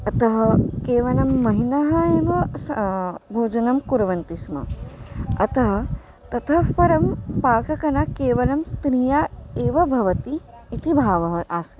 अतः केवलं महिलाः एव स् भोजनं कुर्वन्ति स्म अतः ततः परं पाककला केवलं स्त्रिया एव भवति इति भावः आसीत्